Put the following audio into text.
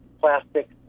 plastic